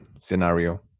scenario